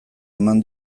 eman